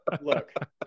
look